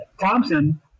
Thompson